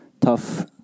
tough